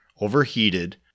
overheated